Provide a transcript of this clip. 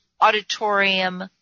auditorium